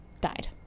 died